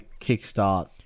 kickstart